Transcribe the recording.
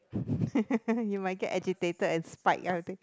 you might get agitated and spike